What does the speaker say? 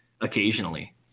occasionally